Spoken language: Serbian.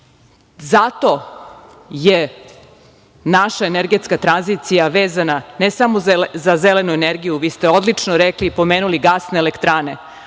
je naša energetska tranzicija vezana, ne samo za zelenu energiju, vi ste odlično rekli i pomenuli gasne elektrane,